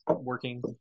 Working